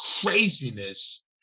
craziness